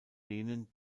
denen